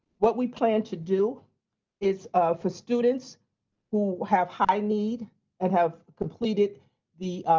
what we plan to do is for students who have high need and have completed the